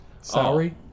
salary